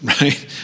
right